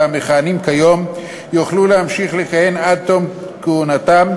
המכהנים כיום יוכלו להמשיך לכהן עד תום כהונתם,